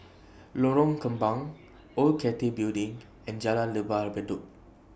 Lorong Kembang Old Cathay Building and Jalan Lembah Bedok